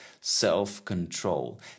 self-control